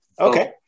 okay